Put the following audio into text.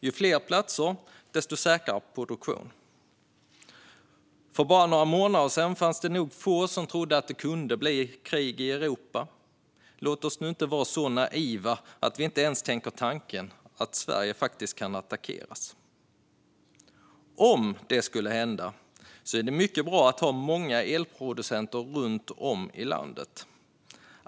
Ju fler platser, desto säkrare produktion. För bara några månader sedan var det nog få som trodde att det kunde bli krig i Europa. Låt oss nu inte vara så naiva att vi inte ens tänker tanken att Sverige faktiskt kan attackeras. Om det skulle hända är det mycket bra att ha många elproducenter runt om i landet.